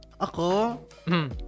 ako